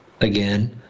again